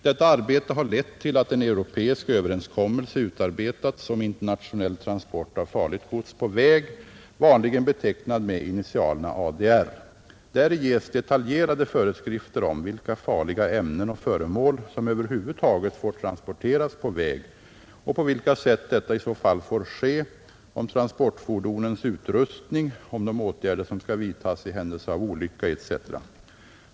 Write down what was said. Detta arbete har lett till att en europeisk överenskommelse utarbetats om internationell transport av farligt gods på väg, vanligen betecknad med initialerna ADR. Däri ges detaljerade föreskrifter om vilka farliga ämnen och föremål som över huvud taget får transporteras på väg och på vilka sätt detta i så fall får ske, om transportfordonens utrustning, om de åtgärder som skall vidtas i händelse av olycka etc.